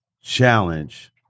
challenge